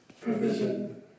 provision